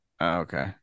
Okay